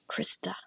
Krista